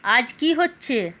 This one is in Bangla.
আজ কী হচ্ছে